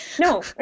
no